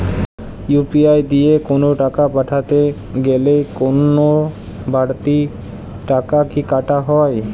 UPI দিয়ে কোন টাকা পাঠাতে গেলে কোন বারতি টাকা কি কাটা হয়?